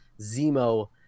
Zemo